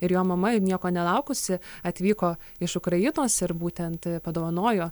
ir jo mama ir nieko nelaukusi atvyko iš ukrainos ir būtent padovanojo